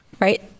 right